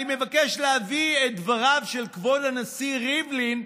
אני מבקש להביא את דבריו של כבוד הנשיא ריבלין,